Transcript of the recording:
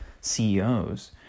CEOs